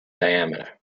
diameter